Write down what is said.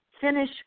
finish